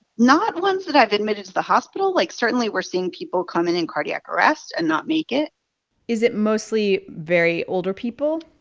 not ones that i've admitted to the hospital. like certainly, we're seeing people coming in cardiac arrest and not make it is it mostly very older people?